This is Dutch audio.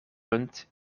rund